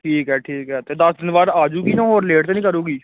ਠੀਕ ਆ ਠੀਕ ਆ ਅਤੇ ਦਸ ਦਿਨ ਬਾਅਦ ਆਜੂਗੀ ਨਾ ਹੋਰ ਲੇਟ ਤਾਂ ਨਹੀਂ ਕਰੂਗੀ